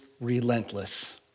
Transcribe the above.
relentless